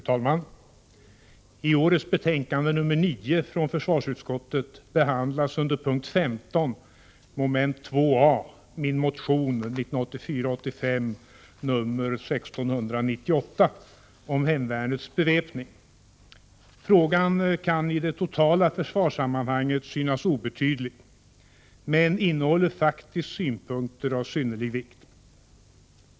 Fru talman! I årets betänkande nummer 9 från försvarsutskottet behandlas under punkt 15 moment 2 a min motion 1984/85:1698 om hemvärnets beväpning. Frågan kan i det totala försvarssammanhanget synas obetydlig men innehåller faktiskt synpunkter av synnerlig vikt.